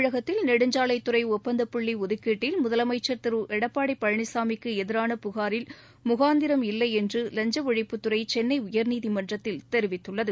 தமிழகத்தில் நெடுஞ்சாலைத் துறைஒப்பந்தப்புள்ளிஒதுக்கீட்டில் முதலமைச்சர் திருஎடப்பாடிபழனிசாமிக்குஎதிரான புகாரில் முகாந்திரம் இல்லைஎன்றுலஞ்சஒழிப்பு துறைசென்னைஉயர்நீதிமன்றத்தில் தெரிவித்துள்ளது